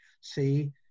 See